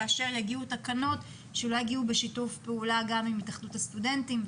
כאשר אולי יגיעו תקנות בשיתוף פעולה עם התאחדות הסטודנטים,